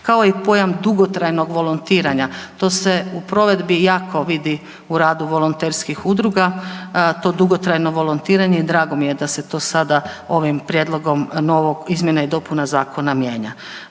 kao i pojam dugotrajnog volontiranja. To se u provedbi jako vidi u radu volonterskih udruga, to dugotrajno volontiranje i drago mi je da se to sada ovim prijedlogom novog, izmjena i dopuna zakona mijenja.